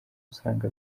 usanga